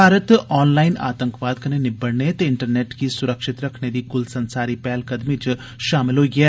Bharat online आतंकवाद कन्नै निब्बड़ने ते इंटरनेट गी स्रक्षित रक्खने दी क्ल संसारी पैहलकदमी च शामल होई गेआ ऐ